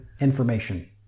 information